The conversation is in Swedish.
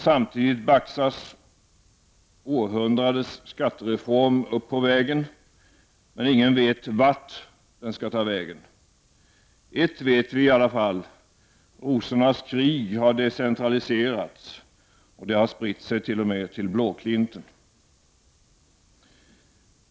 Samtidigt baxas ”århundradets skattereform” upp på vägen. Men ingen vet vart den skall ta vägen. Ett vet vi i alla fall, ”rosornas krig” har decentraliserats. Det har spritt sig t.o.m. till blåklinten.